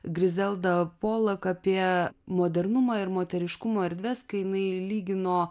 grizelda polak apie modernumą ir moteriškumo erdves kai jinai lygino